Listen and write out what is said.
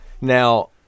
Now